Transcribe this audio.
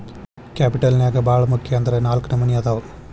capital ನ್ಯಾಗ್ ಭಾಳ್ ಮುಖ್ಯ ಅಂದ್ರ ನಾಲ್ಕ್ ನಮ್ನಿ ಅದಾವ್